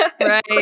Right